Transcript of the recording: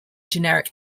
generic